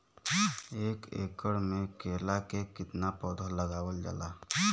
एक एकड़ में केला के कितना पौधा लगावल जाला?